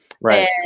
Right